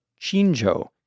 Chinjo